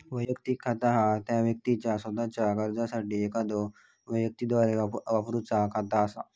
वैयक्तिक खाता ह्या त्या व्यक्तीचा सोताच्यो गरजांसाठी एखाद्यो व्यक्तीद्वारा वापरूचा खाता असा